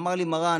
אמר לי מר"ן: